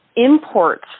imports